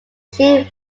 shield